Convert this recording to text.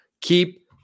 Keep